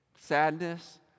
Sadness